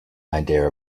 idea